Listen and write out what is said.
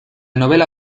novela